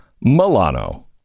Milano